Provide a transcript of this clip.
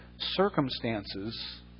circumstances